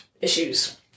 issues